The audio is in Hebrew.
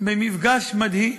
במפגש מדהים